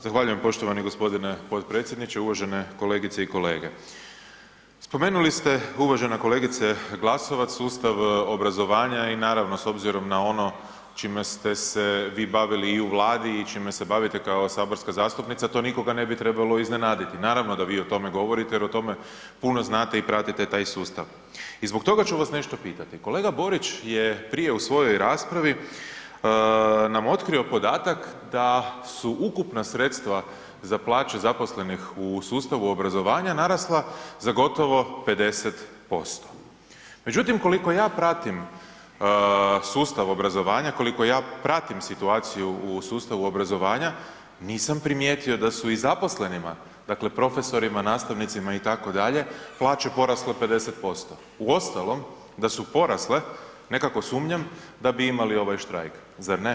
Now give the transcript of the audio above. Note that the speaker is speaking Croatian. Zahvaljujem poštovani g. potpredsjedniče, uvaćene kolegice i kolege, spomenuli ste uvažena kolegice Glasovac sustav obrazovanja i naravno s obzirom na ono čime ste se vi bavili i u Vladi i čime se bavite kao saborska zastupnica to nikoga ne bi trebalo iznenaditi, naravno da vi o tome govorite jer o tome puno znate i pratite taj sustav i zbog toga ću vas nešto pitati, kolega Borić je prije u svojoj raspravi nam otkrio podatak da su ukupna sredstva za plaće zaposlenih u sustavu obrazovanja narasla za gotovo 50%, međutim koliko ja pratim sustav obrazovanja, koliko ja pratim situaciju u sustavu obrazovanja, nisam primijetio da su i zaposlenima, dakle profesorima, nastavnicima itd., plaće porasle 50%, uostalom da su porasle, nekako sumnjam da bi imali ovaj štrajk zar ne?